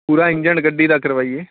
ਪੂਰਾ ਇੰਜਣ ਗੱਡੀ ਦਾ ਕਰਵਾਈਏ